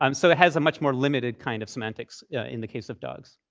um so it has a much more limited kind of semantics yeah in the case of dogs.